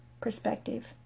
perspective